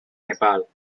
nepal